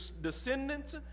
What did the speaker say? descendants